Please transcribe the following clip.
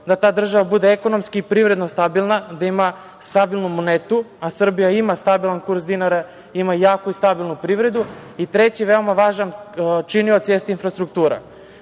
da ta država bude ekonomski i privredno stabilna, da ima stabilnu monetu, a Srbija ima stabilan kurs dinara, ima jaku i stabilnu privredu i treći veoma važan činilac jeste infrastruktura. Prokuplje